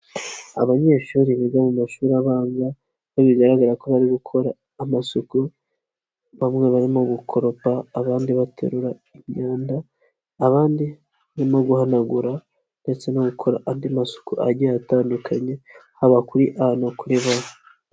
Abanyeshuri biga mu mashuri abanza birimo bigaragara ko bari gukora amasuku, bamwe barimo gukoropa abandi baterura imyanda, abandi barimo guhanagura ndetse no gukora andi masuku agiye atandukanye haba kuri a no b.